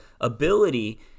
ability